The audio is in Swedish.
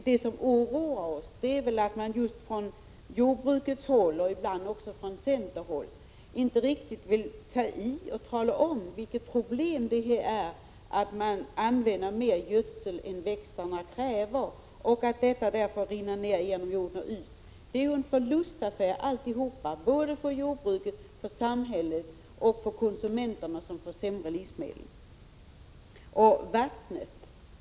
Det som oroar oss är att man just från jordbrukets håll och ibland också från centerhåll inte riktigt vill kännas vid vilket problem det är att man använder mer gödsel än växterna kräver och att överflödet rinner ner i jorden och ut. Det är en förlustaffär alltihop — för jordbruket, för samhället och för konsumenterna som får sämre livsmedel.